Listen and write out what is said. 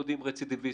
יודעים על רצידיביסטים,